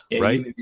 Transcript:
right